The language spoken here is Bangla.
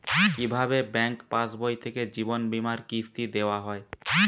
কি ভাবে ব্যাঙ্ক পাশবই থেকে জীবনবীমার কিস্তি দেওয়া হয়?